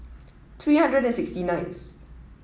three hundred and sixty ninth